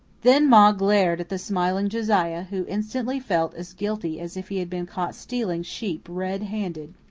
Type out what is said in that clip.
then ma glared at the smiling josiah, who instantly felt as guilty as if he had been caught stealing sheep red-handed.